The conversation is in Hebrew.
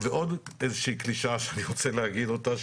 עוד איזו שהיא קלישאה שאני רוצה להגיד אותה,